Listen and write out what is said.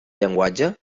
llenguatge